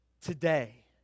today